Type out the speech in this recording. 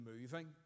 moving